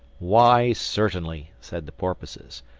why, certainly, said the porpoises,